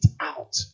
out